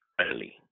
early